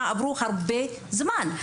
עבר הרבה זמן,